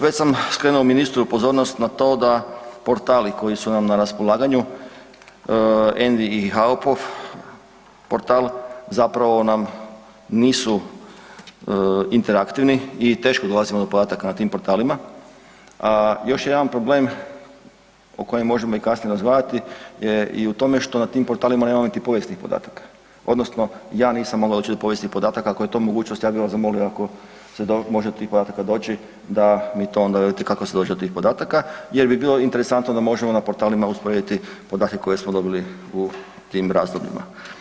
Već sam skrenuo ministru pozornost na to da posrtali koji su nam na raspolaganju, ... portal zapravo nam nisu interaktivni i teško dolazimo do podataka na tim portalima, a još jedan problem o kojem možemo i kasnije razgovarati je i u tome što na tim portalima nemamo niti povijesnih podataka odnosno ja nisam mogao doći do povijesnih podataka, ako je to mogućnost, ja bi vas zamolio ako se može do tih podataka doći da mi to onda velite kako se dođe do tih podataka jer bi bilo interesantno da možemo na portalima usporediti podatke koje smo dobili u tim razdobljima.